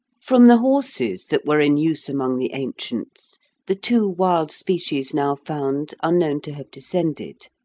from the horses that were in use among the ancients the two wild species now found are known to have descended,